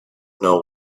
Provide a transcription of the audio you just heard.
know